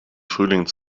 frühling